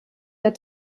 der